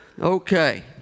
Okay